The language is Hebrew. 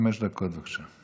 חמש דקות, בבקשה.